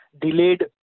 delayed